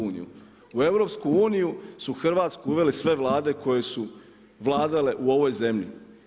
U EU su Hrvatsku uveli sve Vlade koje su vladale u ovoj zemlji.